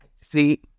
See